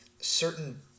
certain